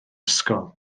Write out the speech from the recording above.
ysgol